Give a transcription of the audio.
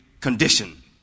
condition